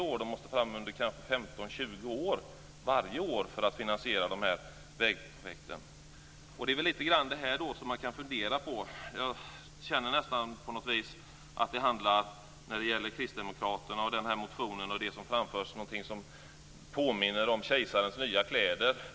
De måste fram under kanske 15-20 år, varje år, för att finansiera de här vägprojekten. Det är väl det här man kan fundera på. Jag känner när det gäller kristdemokraterna, den här motionen och det som framförts här att det handlar om något som påminner om kejsarens nya kläder.